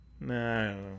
No